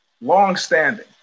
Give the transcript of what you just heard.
Longstanding